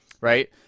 right